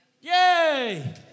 Yay